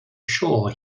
sure